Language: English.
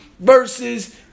versus